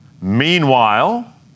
Meanwhile